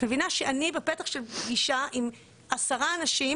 את מבינה שאני בפתח של פגישה עם עשרה אנשים,